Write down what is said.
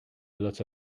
lots